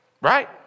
right